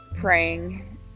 Praying